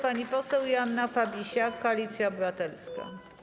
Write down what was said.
Pani poseł Joanna Fabisiak, Koalicja Obywatelska.